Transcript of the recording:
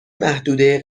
محدوده